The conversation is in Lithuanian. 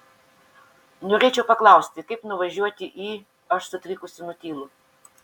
norėčiau paklausti kaip nuvažiuoti į aš sutrikusi nutylu